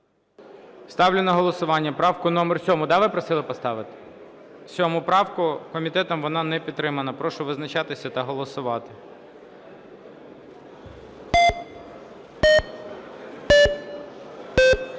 Ставлю на голосування правку номер 7. Да, ви просили поставити? 7 правка, комітетом вона не підтримана. Прошу визначатись та голосувати.